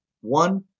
one